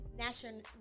national